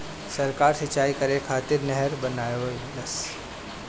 सरकार सिंचाई करे खातिर नहर बनवईलस